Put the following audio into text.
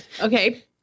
Okay